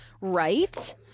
right